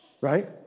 Right